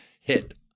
hit